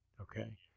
Okay